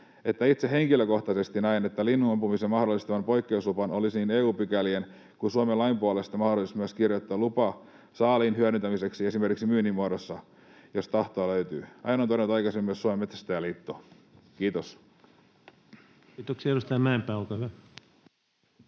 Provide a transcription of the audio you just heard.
itse henkilökohtaisesti näen, että linnun ampumisen mahdollistavaan poikkeuslupaan olisi niin EU-pykälien kuin Suomen lain puolesta mahdollisuus myös kirjoittaa lupa saaliin hyödyntämiseksi esimerkiksi myynnin muodossa, jos tahtoa löytyy. Näin on todennut aikaisemmin myös Suomen Metsästäjäliitto. — Kiitos. [Speech 290] Speaker: